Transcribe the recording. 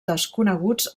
desconeguts